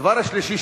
הדבר השלישי,